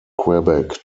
quebec